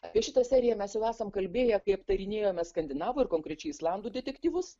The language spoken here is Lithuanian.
apie šitą seriją mes jau esam kalbėję kai aptarinėjome skandinavų ir konkrečiai islandų detektyvus